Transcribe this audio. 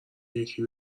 یکی